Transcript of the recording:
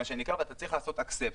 ואתה צריך ללחוץ accept.